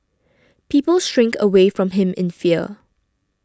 people shrink away from him in fear